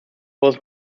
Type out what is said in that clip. was